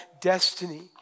destiny